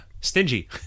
stingy